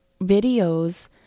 videos